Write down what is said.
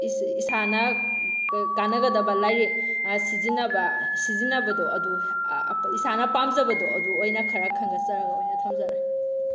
ꯏꯁꯥꯅ ꯀꯥꯟꯅꯒꯗꯕ ꯂꯥꯏꯔꯤꯛ ꯁꯤꯖꯤꯟꯅꯕ ꯁꯤꯖꯤꯟꯅꯕꯗꯣ ꯑꯗꯨ ꯏꯁꯥꯅ ꯄꯥꯝꯖꯕꯗꯣ ꯑꯗꯨ ꯑꯣꯏꯅ ꯈꯔ ꯈꯟꯒꯠꯆꯔꯒ ꯑꯣꯏꯅ ꯊꯝꯖꯔꯦ